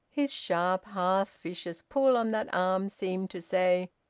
his sharp half-vicious pull on that arm seemed to say,